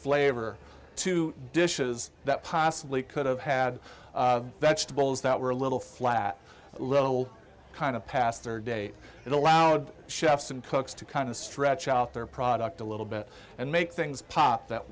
flavor to dishes that possibly could have had vegetables that were a little flat little kind of pastor dave it allowed chefs and cooks to kind of stretch out their product a little bit and make things pop that